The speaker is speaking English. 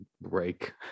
break